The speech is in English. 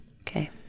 Okay